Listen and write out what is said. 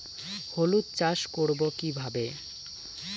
হলুদ চাষ করব কিভাবে?